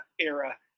era